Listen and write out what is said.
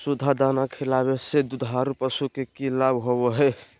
सुधा दाना खिलावे से दुधारू पशु में कि लाभ होबो हय?